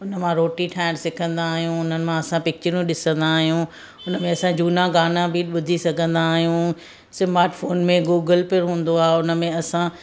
उन मां रोटी ठाहिणु सिखंदा आहियूं उन्हनि मां असां पिक्चरूं ॾिसंदा आहियूं उनमें असां झूना गाना बि ॿुधी सघंदा आहियूं स्मार्ट फोन में गूगल पिणु हूंदो आहे उनमें असां